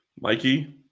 Mikey